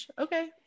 Okay